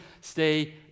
stay